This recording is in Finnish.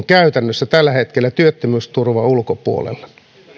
käytännössä tällä hetkellä työttömyysturvan ulkopuolella